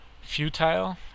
futile